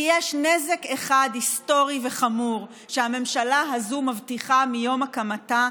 כי יש נזק אחד היסטורי וחמור שהממשלה הזו מבטיחה מיום הקמתה,